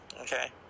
Okay